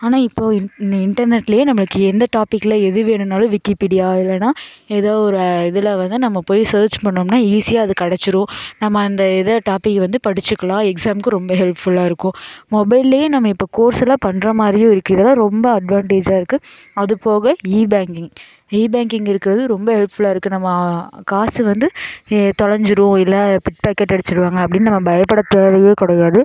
ஆனால் இப்போது இன் இன்ன இன்டர்நெட்லேயே நம்மளுக்கு எந்த டாபிக்கில் எது வேணும்னாலும் விக்கிப்பீடியா இல்லைன்னா எதாவது ஒரு இதில் வந்து நம்ம போய் சேர்ச் பண்ணிணோம்னா ஈஸியாக அது கிடச்சுரும் நம்ம அந்த இதை டாபிக்கை வந்து படிச்சுக்கலாம் எக்ஸாமுக்கும் ரொம்ப ஹெல்ப்ஃபுல்லாக இருக்கும் மொபைல்லேயே நம்ம இப்போ கோர்ஸ் எல்லாம் பண்ணுறா மாதிரியே இருக்குது இதெல்லாம் ரொம்ப அட்வான்டேஜ்ஜாக இருக்குது அது போக இ பேங்கிங் இ பேங்கிங் இருக்குறது ரொம்ப ஹெல்ப்ஃபுல்லாக இருக்குது நம்ம காசு வந்து ஏ தொலைஞ்சுடும் இல்லை பிக்பாக்கெட் அடிச்சுருவாங்க அப்படின்னு நம்ம பயப்படத் தேவையே கிடையாது